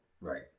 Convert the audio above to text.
Right